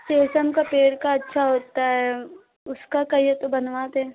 शीशम का पेड़ का अच्छा होता हैं उसका कहिए तो बनवा दें